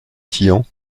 tian